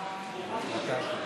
אם תצטרכי.